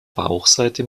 bauchseite